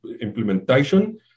implementation